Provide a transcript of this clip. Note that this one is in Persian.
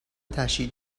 تشییع